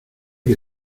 que